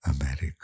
America